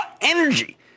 Energy